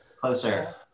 Closer